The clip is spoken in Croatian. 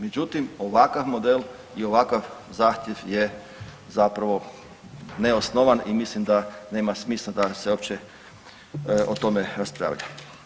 Međutim, ovakav model i ovakav zahtjev je zapravo neosnovan i mislim da nema smisla da se uopće o tome raspravlja.